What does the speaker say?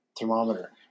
thermometer